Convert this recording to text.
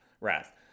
wrath